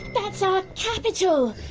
that's our capital!